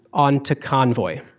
on to convoy.